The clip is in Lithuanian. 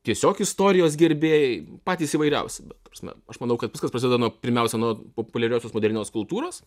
tiesiog istorijos gerbėjai patys įvairiausi bet ta prasme aš manau kad viskas prasideda nuo pirmiausia nuo populiariosios modernios kultūros